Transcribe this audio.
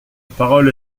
parole